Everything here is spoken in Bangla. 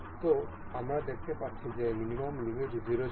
সুতরাং আমরা দেখতে পাচ্ছি যে মিনিমাম লিমিট 0 ছিল